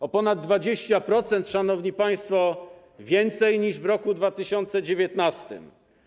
O ponad 20%, szanowni państwo, więcej niż w roku 2019.